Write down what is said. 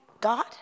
God